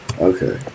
Okay